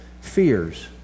fears